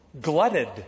glutted